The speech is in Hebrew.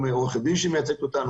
יש לנו גם עורכת דין שמייצגת אותנו,